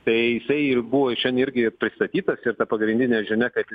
tai jisai ir buvo iš jon irgi pristatytas ir pagrindinė žinia kad